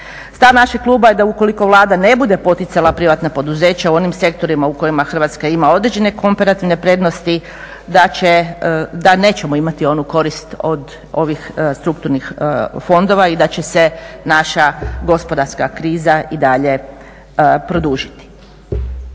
Stav našeg kluba je da ukoliko Vlada ne bude poticala privatna poduzeća u onim sektorima u kojima Hrvatska ima određene komperativne prednosti da nećemo imati onu korist od ovih strukturnih fondova i da će se naša gospodarska kriza i dalje produžiti.